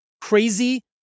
Crazy